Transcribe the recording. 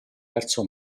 verso